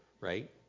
right